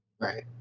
Right